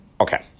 Okay